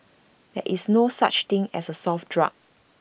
there is no such thing as A soft drug